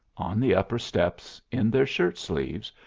on the upper steps, in their shirt-sleeves,